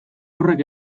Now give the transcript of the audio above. horrek